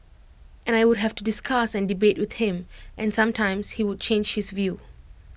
and I would have to discuss and debate with him and sometimes he would change his view